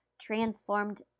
transformed